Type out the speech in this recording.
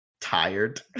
tired